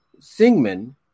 Singman